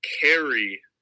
carry